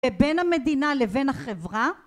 בין המדינה לבין החברה